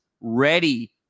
ready